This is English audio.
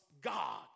God